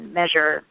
measure